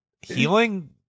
healing